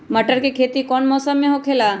मटर के खेती कौन मौसम में होखेला?